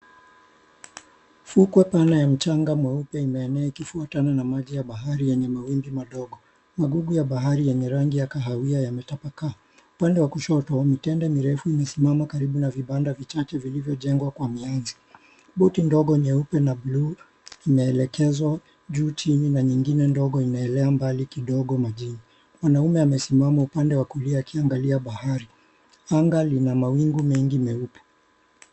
Fukwe pana ya mchanga mweupe imeenea ikifuatana na maji ya bahari yenye mawimbi madogo. Magugu ya bahari yenye rangi ya kahawia yametapakaa. Upande wa kushoto, mitende mirefu imesimama karibu na vibanda vichache vilivyojengwa kwa miaji. Boti ndogo nyeupe na buluu imeelekezwa juu chini na nyingine ndogo inaelea mbali kidogo majini. Mwanamme amesimama upande wa kulia akiangalia bahari. Anga lina mawingu mengi meupe.